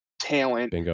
talent